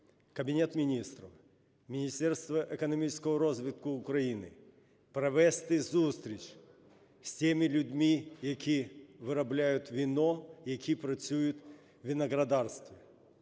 Кабінет Міністрів, Міністерство економічного розвитку України провести зустріч з тими людьми, які виробляють вино, які працюють в виноградарстві.